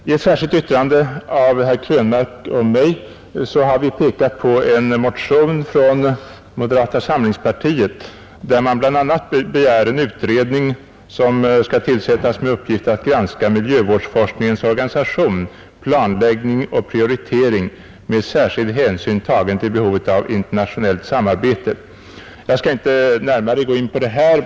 I ett särskilt yttrande av herr Krönmark och mig har vi pekat på en motion från moderata samlingspartiet, där vi begär tillsättandet av en utredning med uppgift att granska miljövårdsforskningens organisation, planläggning och prioritering med särskild hänsyn tagen till behovet av internationellt samarbete. Jag skall här inte närmare gå in på motionen.